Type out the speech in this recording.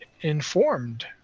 informed